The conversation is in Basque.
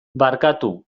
barkatu